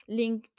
link